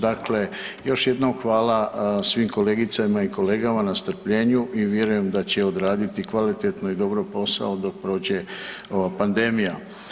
Dakle, još jednom hvala svim kolegicama i kolegama na strpljenju i vjerujem da će odraditi kvalitetno i dobro posao dok prođe ova pandemija.